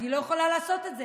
אני לא יכולה לעשות את זה,